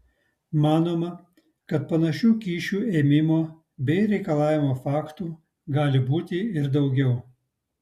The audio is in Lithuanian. manoma kad panašių kyšių ėmimo bei reikalavimo faktų gali būti ir daugiau